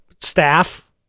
staff